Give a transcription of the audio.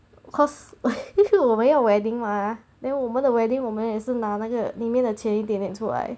cause 我们要 wedding mah then 我们的 wedding 我们也是拿那个里面的钱一点点出来